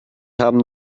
haben